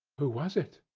who was it?